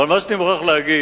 אבל מה שאני מוכרח להגיד,